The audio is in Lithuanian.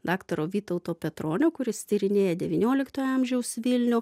daktaro vytauto petronio kuris tyrinėja devynioliktojo amžiaus vilnių